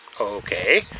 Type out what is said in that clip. Okay